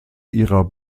ihrer